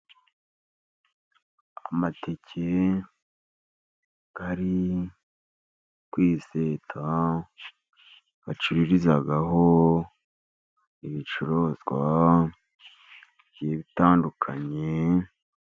Amateke ari kwiseta bacururizaho ibicuruzwa bigiye bitandukanye.